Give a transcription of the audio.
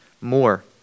more